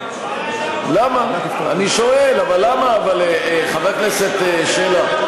למה, אני שואל, חבר הכנסת שלח.